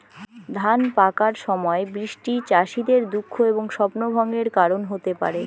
ধান পাকার সময় বৃষ্টি চাষীদের দুঃখ এবং স্বপ্নভঙ্গের কারণ হতে পারে